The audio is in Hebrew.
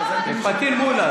פטין מולא.